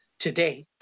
Today